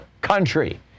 country